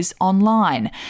online